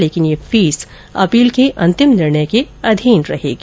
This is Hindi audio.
लेकिन ये फीस अपील के अँतिम निर्णय के अधीन रहेगी